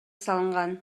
салынган